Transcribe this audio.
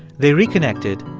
they reconnected,